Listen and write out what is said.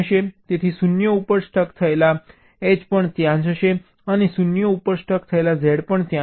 તેથી 0 ઉપર સ્ટક થયેલા H પણ ત્યાં જ હશે અને 0 ઉપર સ્ટક થયેલા Z પણ ત્યાં જ હશે